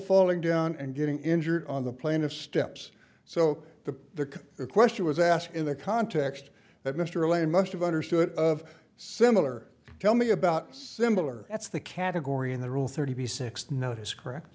falling down and getting injured on the plane of steps so the question was asked in the context that mr lay must have understood of similar tell me about similar that's the category in the rule thirty six no it is correct